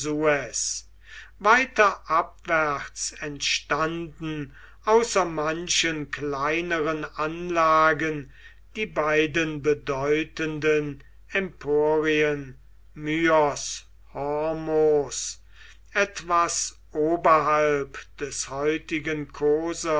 weiter abwärts entstanden außer manchen kleineren anlagen die beiden bedeutenden emporien myos hormos etwas oberhalb des